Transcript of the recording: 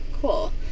cool